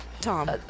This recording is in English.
Tom